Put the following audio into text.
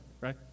right